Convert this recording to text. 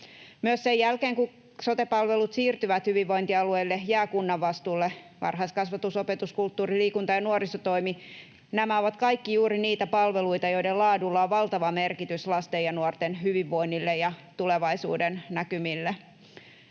Myös sen jälkeen, kun sote-palvelut siirtyvät hyvinvointialueelle, jää kunnan vastuulle varhaiskasvatus-, opetus-, kulttuuri-, liikunta- ja nuorisotoimi. Nämä ovat kaikki juuri niitä palveluita, joiden laadulla on valtava merkitys lasten ja nuorten hyvinvoinnille ja tulevaisuudennäkymille.